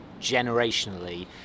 generationally